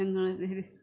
ഞങ്ങൾ